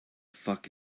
fuck